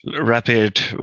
rapid